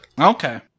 Okay